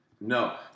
No